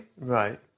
Right